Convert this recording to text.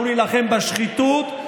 אנחנו נילחם בשחיתות,